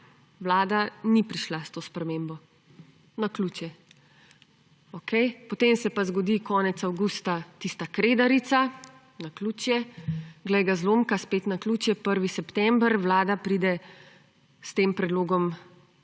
vlada ni prišla s to spremembo. Naključje, okej. Potem se pa zgodi konec avgusta tista Kredarica – naključje. Glej ga zlomka, spet naključje, 1. september, vlada pride s tem predlogom